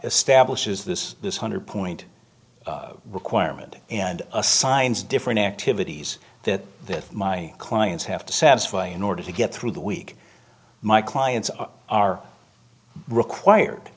establishes this this hundred point requirement and assigns different activities that my clients have to satisfy in order to get through the week my clients are required